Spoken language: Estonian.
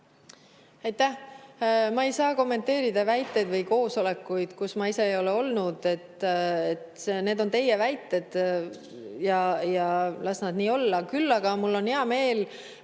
Ma ei saa kommenteerida väiteid või koosolekuid, kus ma ise ei ole olnud. Need on teie väited ja las nad nii olla. Küll aga mul on hea meel